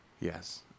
Yes